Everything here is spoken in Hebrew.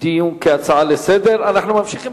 דיון כהצעה לסדר-היום.